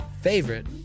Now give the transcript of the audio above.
Favorite